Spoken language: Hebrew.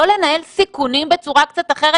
לא לנהל סיכונים בצורה אחרת.